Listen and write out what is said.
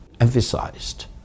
emphasized